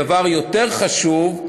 דבר יותר חשוב,